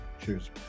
cheers